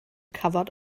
covered